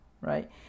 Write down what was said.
right